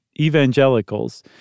evangelicals